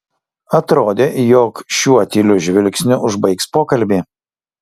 atrodė jog šiuo tyliu žvilgsniu užbaigs pokalbį